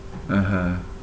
(uh huh)